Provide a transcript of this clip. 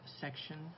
section